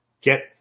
get